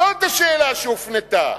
זאת השאלה שהופנתה,